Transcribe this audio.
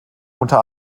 unter